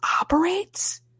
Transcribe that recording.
operates